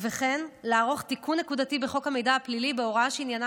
וכן לערוך תיקון נקודתי בחוק המידע הפלילי בהוראה שעניינה